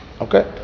Okay